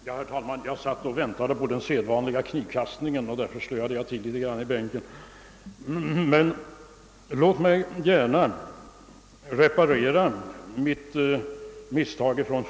Herr talman! Jag var så inställd på den sedvanliga knivkastningen efter mitt inlägg att jag hoppade över svaret på herr Hedlunds interpellation.